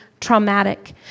traumatic